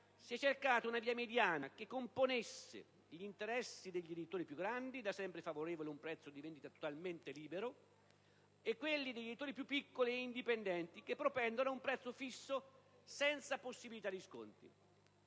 si è cercata una via mediana, che componesse gli interessi degli editori più grandi, da sempre favorevoli ad un prezzo di vendita totalmente libero, e quelli degli editori più piccoli e indipendenti, che propendono per un prezzo fisso senza possibilità di sconti.